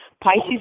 Pisces